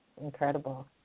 incredible